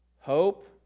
hope